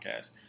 podcast